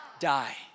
Die